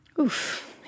Oof